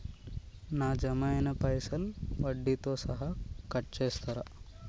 నా జమ అయినా పైసల్ వడ్డీతో సహా కట్ చేస్తరా?